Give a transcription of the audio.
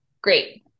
Great